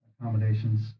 accommodations